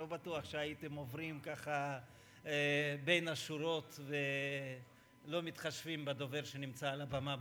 אני לא בטוח שהייתם עוברים בין השורות ולא מתחשבים בדובר שנמצא על הבמה.